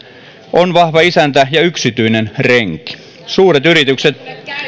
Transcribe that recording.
on vahva isäntä ja yksityinen renki suuret yritykset